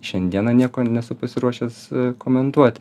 šiandieną nieko nesu pasiruošęs komentuoti